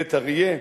בית-אריה,